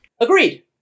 Agreed